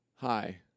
Hi